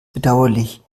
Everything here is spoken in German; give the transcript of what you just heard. bedauerlich